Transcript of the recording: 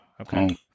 Okay